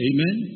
Amen